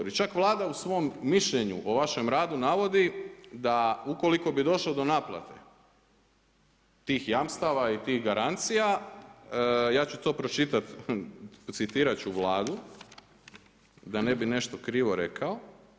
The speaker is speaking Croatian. I čak Vlada u svom mišljenju o vašem radu navodi da ukoliko bi došlo do naplate tih jamstava i tih garancija, ja ću to pročitat, citirat ću Vladu da ne bi nešto krivo rekao.